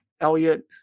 Elliot